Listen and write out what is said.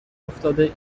افتاده